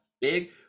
big